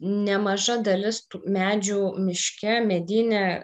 nemaža dalis tų medžių miške medyne